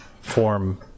form